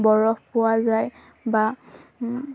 বৰফ পোৱা যায় বা